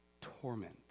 torment